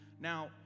Now